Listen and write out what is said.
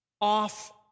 Off